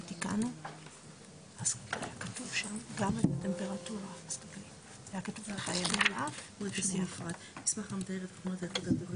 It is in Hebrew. הטמפרטורה כתבנו ככל שנדרש להחזיק את המזון בטמפרטורה